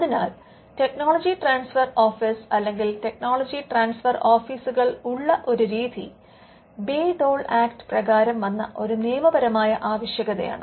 അതിനാൽ technology transfer office അല്ലെങ്കിൽ technology transfer ഓഫീസുകൾ ഉള്ള ഒരു രീതി ബേ ഡോൾ ആക്റ്റ് പ്രകാരം വന്ന ഒരു നിയമപരമായ ആവശ്യകതയാണ്